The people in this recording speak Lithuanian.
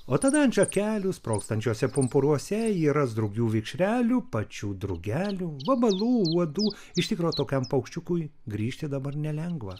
o tada ant šakelių sprogstančiuose pumpuruose ji ras drugių vikšrelių pačių drugelių vabalų uodų iš tikro tokiam paukščiukui grįžti dabar nelengva